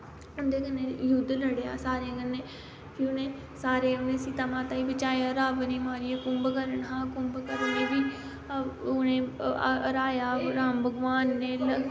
उंदे कन्नै युध्द लड़ेआ सारें कन्नै फ्ही उनें सारें उनें सीता माता गी बचाया रावन गी मारियै कुम्भकरण हा कुम्भकरण गी बी उनें हराया राम भगवान ने